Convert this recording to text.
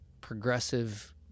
progressive